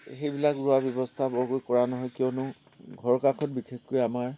সেইবিলাক ৰোৱাৰ ব্যৱস্থা বৰকৈ কৰা নহয় কিয়নো ঘৰৰ কাষত বিশেষকৈ আমাৰ